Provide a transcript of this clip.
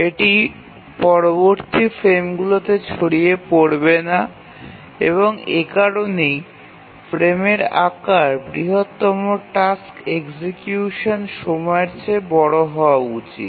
এটি পরবর্তী ফ্রেমগুলিতে ছড়িয়ে পড়বে না এবং এ কারণেই ফ্রেমের আকার বৃহত্তম টাস্ক এক্সিকিউশন সময়ের চেয়ে বড় হওয়া উচিত